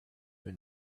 have